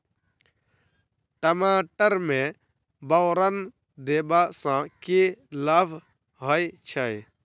टमाटर मे बोरन देबा सँ की लाभ होइ छैय?